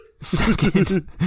Second